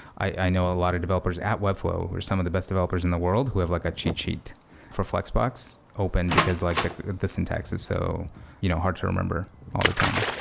i know a lot of developers at webflow are some of the best developers in the world who have like a cheat sheet for flexbox open, because like the the syntax is so you know hard to remember all the time.